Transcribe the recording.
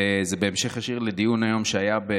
וזה בהמשך ישיר לדיון שהיה היום.